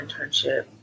internship